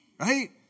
Right